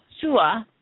Sua